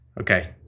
Okay